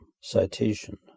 Citation